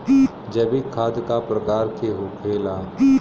जैविक खाद का प्रकार के होखे ला?